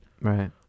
right